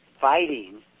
fighting